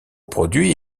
produit